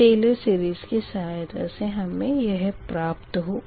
Taylor series की सहायता से हमें यह प्राप्त होगा